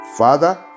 Father